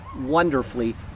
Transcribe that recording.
wonderfully